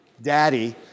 Daddy